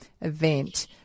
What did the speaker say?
event